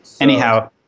Anyhow